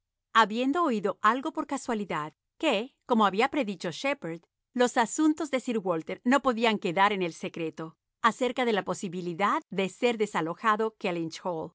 habiendo oído algo por casualidad que como había predicho shepherd los asuntos de sir walter no podían quedar en el secreto acerca de la posibilidad de ser desalojado kellynch hall y